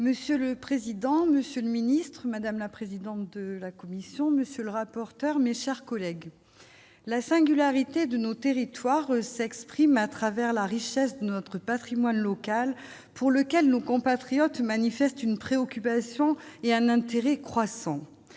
Monsieur le président, monsieur le ministre, madame la présidente de la commission, monsieur le rapporteur, mes chers collègues, la singularité de nos territoires s'exprime à travers la richesse de notre Patrimoine local pour lequel nos compatriotes manifestent une préoccupation et un intérêt croissant